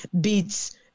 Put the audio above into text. beats